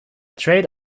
trade